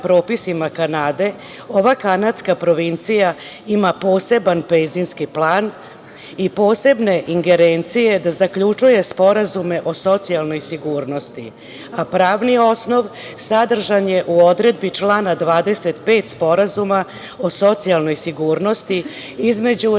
ova kanadska provincija ima poseban penzijski plan i posebne ingerencije da zaključuje sporazume o socijalnoj sigurnosti, a pravni osnov sadržan je u odredbi člana 25. Sporazuma o socijalnoj sigurnosti između Republike